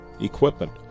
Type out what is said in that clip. equipment